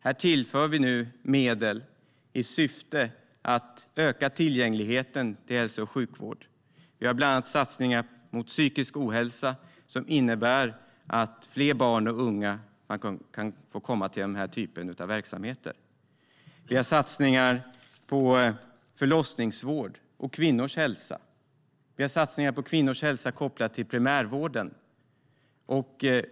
Här tillför vi nu medel i syfte att öka tillgängligheten till hälso och sjukvård. Vi har bland annat satsningar mot psykisk ohälsa som innebär att fler barn och unga kan få komma till den typen av verksamheter. Vi har satsningar på förlossningsvård och kvinnors hälsa. Vi har satsningar på kvinnors hälsa kopplat till primärvården.